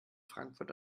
frankfurt